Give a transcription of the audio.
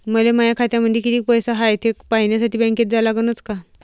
मले माया खात्यामंदी कितीक पैसा हाय थे पायन्यासाठी बँकेत जा लागनच का?